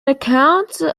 account